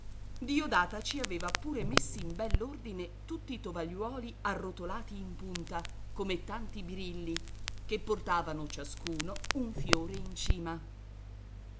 diodata ci aveva pure messi in bell'ordine tutti i tovagliuoli arrotolati in punta come tanti birilli che portavano ciascuno un fiore in cima